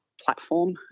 platform